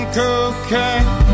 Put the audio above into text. cocaine